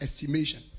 estimation